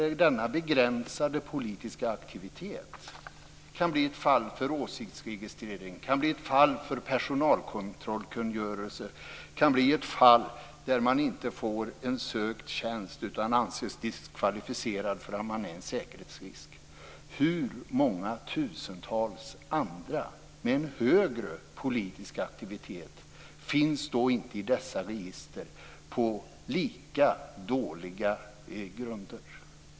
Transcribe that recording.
Med denna begränsade politiska aktivitet kan man bli ett fall för åsiktsregistrering, för personalkontrollkungörelsen, och får inte en sökt tjänst på grund av att man är en säkerhetsrisk. Hur många tusentals andra med högre politisk aktivitet finns i dessa register på lika dåliga grunder?